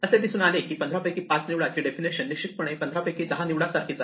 असे दिसून आले की 15 पैकी 5 निवडा ची डेफिनेशन निश्चितपणे 15 पैकी 10 निवडा सारखीच आहे